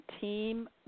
team